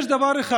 בזה